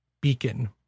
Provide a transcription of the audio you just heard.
Beacon